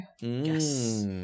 yes